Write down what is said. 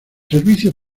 servicios